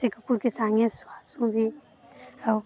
ସେ କୁକୁର ସଙ୍ଗେ ବିି ଆଉ